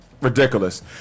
Ridiculous